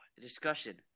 discussion